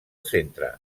centre